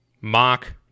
Mock